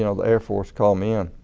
you know the air force called me in.